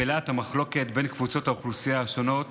בלהט המחלוקת בין קבוצות האוכלוסייה השונות,